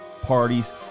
parties